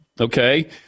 okay